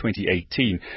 2018